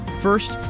First